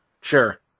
sure